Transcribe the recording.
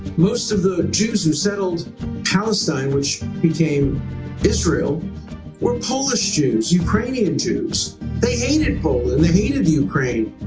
most of the jews who settled palestine which became israel were polish jews, ukrainian jews they hated poland they hated ukraine.